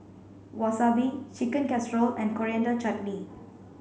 Wasabi Chicken Casserole and Coriander Chutney